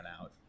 out